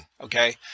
okay